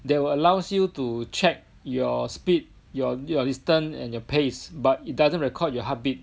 they will allows you to check your speed your your distance and your pace but it doesn't record your heartbeat